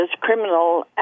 Criminal